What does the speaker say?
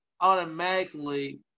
automatically